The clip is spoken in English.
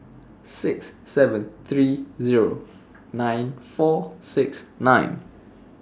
six seven three Zero nine four six nine